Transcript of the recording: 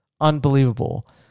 unbelievable